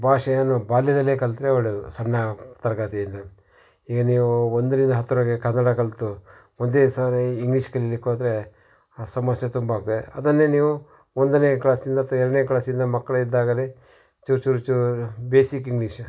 ಭಾಷೆಯನ್ನು ಬಾಲ್ಯದಲ್ಲೇ ಕಲ್ತರೆ ಒಳ್ಳೆಯದು ಸಣ್ಣ ತರಗತಿಯಿಂದ ಈಗ ನೀವು ಒಂದರಿಂದ ಹತ್ತರವರ್ಗೆ ಕನ್ನಡ ಕಲಿತು ಒಂದೇ ಸಮನೆ ಇಂಗ್ಲೀಷ್ ಕಲೀಲಿಕ್ಕೆ ಹೋದರೆ ಆ ಸಮಸ್ಯೆ ತುಂಬ ಆಗ್ತದೆ ಅದನ್ನೇ ನೀವು ಒಂದನೇ ಕ್ಲಾಸಿಂದ ಅಥವಾ ಎರಡನೇ ಕ್ಲಾಸಿಂದ ಮಕ್ಕಳಿದ್ದಾಗಲೇ ಚೂರು ಚೂರು ಚೂರು ಬೇಸಿಕ್ ಇಂಗ್ಲೀಷ್